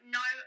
no